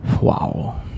Wow